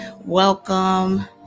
Welcome